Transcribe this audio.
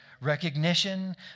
recognition